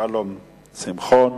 שלום שמחון.